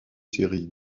série